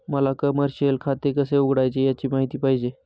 मला कमर्शिअल खाते कसे उघडायचे याची माहिती पाहिजे